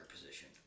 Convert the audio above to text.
position